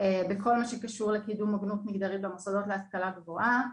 בכל מה שקשור לקידום הוגנות מגדרית במוסדות להשכלה גבוהה.